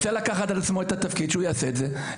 רוצה לקחת על עצמו את התפקיד שהוא יעשה את זה,